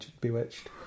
Bewitched